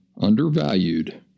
undervalued